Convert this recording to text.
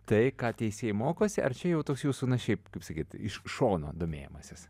tai ką teisėjai mokosi ar čia jau toks jūsų na šiaip kaip sakyt iš šono domėjimasis